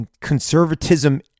Conservatism